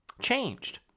changed